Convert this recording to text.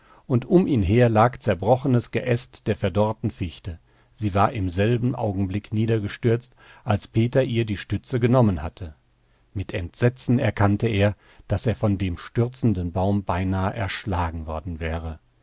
und um ihn her lag zerbrochenes geäst der verdorrten fichte sie war im selben augenblick niedergestürzt als peter ihr die stütze genommen hatte mit entsetzen erkannte er daß er von dem stürzenden baum beinahe erschlagen worden wäre